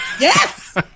Yes